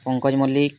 Pankaj Mallick